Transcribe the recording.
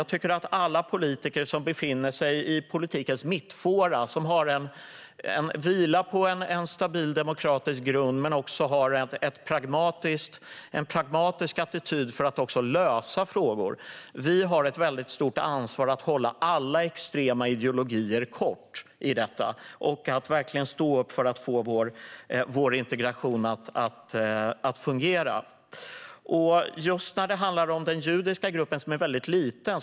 Jag tycker att alla vi politiker som befinner sig i politikens mittfåra, vilar på en stabil demokratisk grund och har en pragmatisk attityd till att lösa frågor har ett mycket stort ansvar för att hålla alla extrema ideologier kort och verkligen stå upp för att få vår integration att fungera. Den judiska gruppen är väldigt liten.